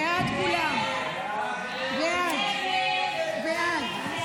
הסתייגות 135 לא נתקבלה 47 בעד, 55 נגד.